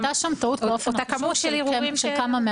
הייתה שם טעות --- ערעורים שהוגשו.